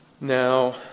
Now